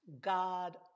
God